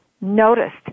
noticed